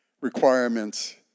requirements